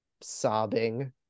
sobbing